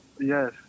Yes